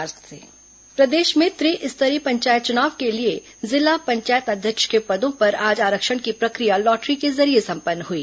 जिला पंचायत अध्यक्ष आरक्षण प्रदेश में त्रिस्तरीय पंचायत चुनाव के लिए जिला पंचायत अध्यक्ष के पदों पर आज आरक्षण की प्रशिक्र या लॉटरी के जरिये संपन्न हई